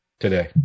today